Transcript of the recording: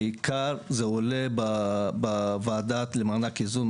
בעיקר זה עולה בוועדה למענק איזון,